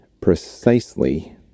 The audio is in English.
precisely